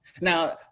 Now